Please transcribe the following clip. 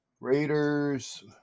Raiders